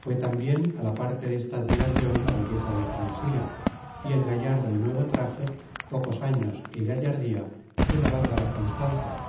fué tambien á la parte desta admiracion la belleza de transila y el gallardo y nuevo traje pocos años y gallardía de la bárbara constanza